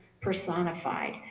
personified